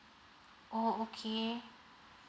oh okay